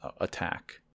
attack